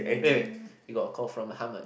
wait wait you got a call from Hamad